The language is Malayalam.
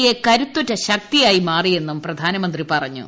എ കരുത്തുറ്റ ശക്തിയായി മാറിയെന്നും പ്രധാനമന്ത്രി പറഞ്ഞു